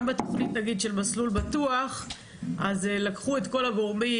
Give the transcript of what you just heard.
בתוכנית של מסלול בטוח לקחו את כל הגורמים,